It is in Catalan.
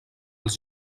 els